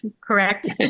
Correct